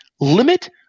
limit